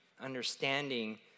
understanding